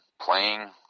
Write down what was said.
playing